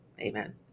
Amen